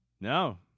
No